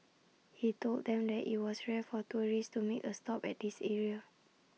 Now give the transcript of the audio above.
he told them that IT was rare for tourists to make A stop at this area